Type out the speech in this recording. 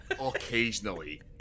occasionally